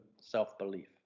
self-belief